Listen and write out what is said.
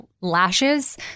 lashes